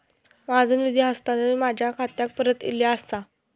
माझो निधी हस्तांतरण माझ्या खात्याक परत इले आसा